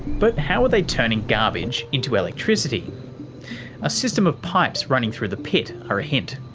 but how are they turning garbage into electricity? a system of pipes running through the pit are a hint.